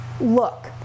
look